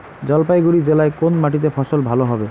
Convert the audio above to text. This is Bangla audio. জলপাইগুড়ি জেলায় কোন মাটিতে ফসল ভালো হবে?